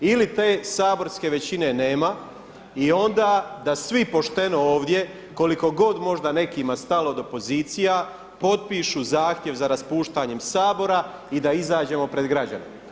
Ili te saborske većine nema i onda da svi pošteno ovdje, koliko god možda nekima stalo do pozicija potpišu zahtjev za raspuštanjem Sabora i da izađemo pred građane.